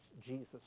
Jesus